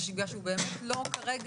כי הוא לא חלק